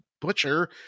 Butcher